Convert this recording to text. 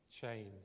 Change